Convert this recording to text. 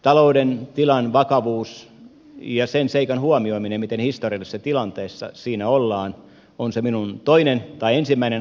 talouden tilan vakavuus ja sen seikan huomioiminen miten historiallisessa tilanteessa siinä ollaan on se minun ensimmäinen asiani